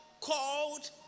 called